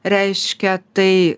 reiškia tai